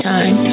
Time